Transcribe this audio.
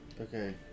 Okay